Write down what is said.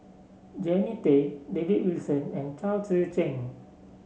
Jannie Tay David Wilson and Chao Tzee Cheng